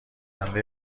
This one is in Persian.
خنده